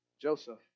Joseph